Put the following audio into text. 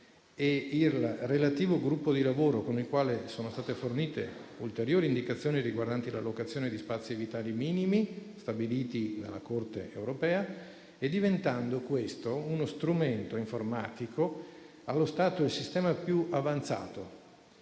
il relativo gruppo di lavoro, con il quale sono state fornite ulteriori indicazioni riguardanti la locazione di spazi vitali minimi stabiliti dalla Corte europea dei diritti dell'uomo (CEDU) e diventando, questo strumento informatico, allo stato il sistema più avanzato